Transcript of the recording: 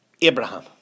Abraham